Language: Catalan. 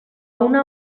una